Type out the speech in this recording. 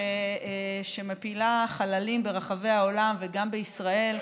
שמפילה חללים ברחבי העולם וגם בישראל.